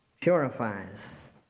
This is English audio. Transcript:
purifies